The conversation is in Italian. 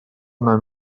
una